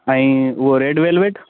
ऐं उहो red velvet